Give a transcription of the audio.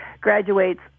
graduates